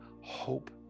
hope